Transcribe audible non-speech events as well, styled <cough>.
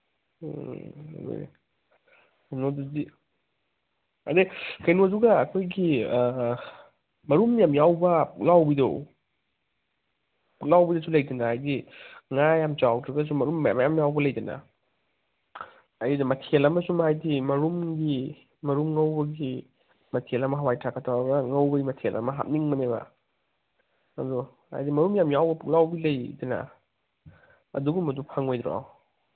ꯎꯝ <unintelligible> ꯑꯗꯒꯤ ꯀꯩꯅꯣꯗꯨꯒ ꯑꯩꯈꯣꯏꯒꯤ ꯃꯔꯨꯝ ꯌꯥꯝ ꯌꯥꯎꯕ ꯄꯨꯛꯂꯥꯎꯕꯤꯗꯣ ꯄꯨꯛꯂꯥꯎꯕꯤꯗꯁꯨ ꯂꯩꯗꯅ ꯍꯥꯏꯗꯤ ꯉꯥ ꯌꯥꯝ ꯆꯥꯎꯗ꯭ꯔꯒꯁꯨ ꯃꯔꯨꯝ ꯃꯌꯥꯝ ꯃꯌꯥꯝ ꯌꯥꯎꯕ ꯂꯩꯗꯅ ꯑꯩꯗꯣ ꯃꯊꯦꯜ ꯑꯃ ꯍꯥꯏꯗꯤ ꯁꯨꯝ ꯃꯔꯨꯝꯒꯤ ꯃꯔꯨꯝ ꯉꯧꯕꯒꯤ ꯃꯊꯦꯜ ꯑꯃ ꯍꯋꯥꯏ ꯊ꯭ꯔꯥꯛꯀ ꯇꯧꯔꯒ ꯉꯧꯕꯒꯤ ꯃꯊꯦꯜ ꯑꯝ ꯍꯥꯞꯅꯤꯡꯕꯅꯦꯕ ꯑꯗꯨ ꯍꯥꯏꯗꯤ ꯃꯔꯨꯝ ꯌꯥꯝ ꯌꯥꯎꯕ ꯄꯨꯛꯂꯥꯎꯕꯤ ꯂꯩꯗꯅ ꯑꯗꯨꯒꯨꯝꯕꯗꯣ ꯐꯪꯉꯣꯏꯗ꯭ꯔꯣ